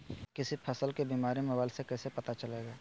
किसी फसल के बीमारी मोबाइल से कैसे पता चलेगा?